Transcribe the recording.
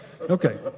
Okay